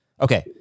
Okay